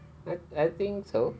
I I think so